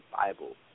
Bible